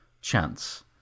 chance